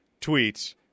tweets